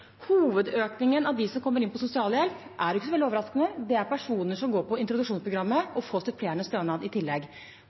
hovedøkningen av dem som kommer over på sosialhjelp, ikke så veldig overraskende er personer som går på introduksjonsprogrammet og får supplerende stønad i tillegg.